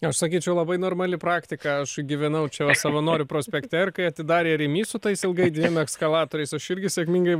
aš sakyčiau labai normali praktika aš gyvenau čia savanorių prospekte ar kai atidarė rimi su tais ilgai dviem ekskalatoriais aš irgi sėkmingai